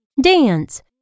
dance